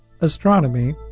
Astronomy